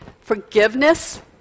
Forgiveness